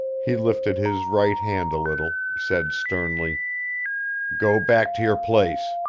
he lifted his right hand a little, said sternly go back to your place.